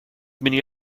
many